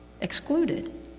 excluded